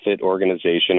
organization